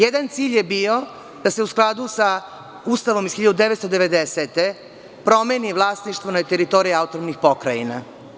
Jedan cilj je bio da se u skladu sa Ustavom iz 1990. godine promeni vlasništvo na teritoriji autonomnih pokrajina.